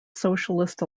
socialist